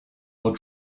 are